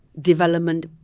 development